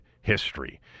history